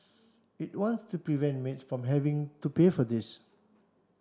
it wants to prevent maids from having to pay for this